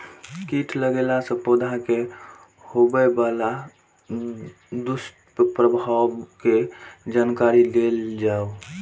कीट लगेला से पौधा के होबे वाला दुष्प्रभाव के जानकारी देल जाऊ?